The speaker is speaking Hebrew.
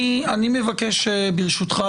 אני מבקש ברשותך,